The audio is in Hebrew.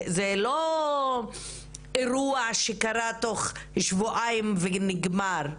זה לא אירוע שקרה בתוך שבועיים ונגמר,